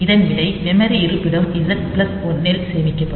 இதன் விடை மெமரி இருப்பிடம் Z பிளஸ் 1 இல் சேமிக்கப்படும்